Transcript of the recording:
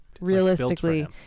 realistically